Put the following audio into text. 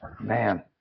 Man